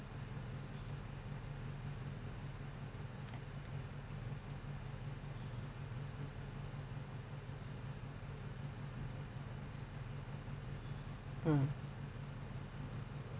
mm